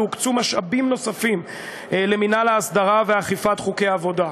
והוקצו משאבים נוספים למינהל ההסדרה ואכיפת חוקי העבודה.